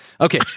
Okay